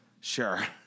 Sure